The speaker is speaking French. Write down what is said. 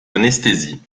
anesthésie